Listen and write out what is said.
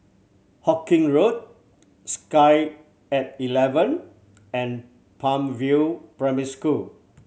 Hawkinge Road Sky At Eleven and Palm View Primary School